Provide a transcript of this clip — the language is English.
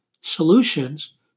solutions